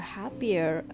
happier